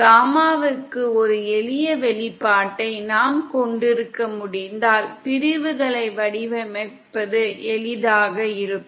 காமாவுக்கு ஒரு எளிய வெளிப்பாட்டை நாம் கொண்டிருக்க முடிந்தால் பிரிவுகளை வடிவமைப்பது எளிதாக இருக்கும்